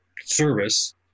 service